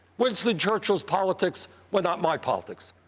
winston churchill's politics were not my politics.